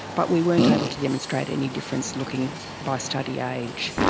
but we weren't able to demonstrate any difference looking by study age.